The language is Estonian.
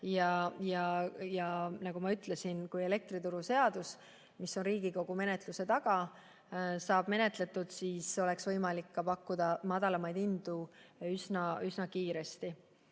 Nagu ma ütlesin, et kui elektrituruseadus, mis on Riigikogu menetluse taga, saab menetletud, siis oleks võimalik pakkuda madalamaid hindu üsna kiiresti.